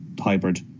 hybrid